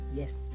yes